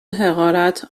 حقارت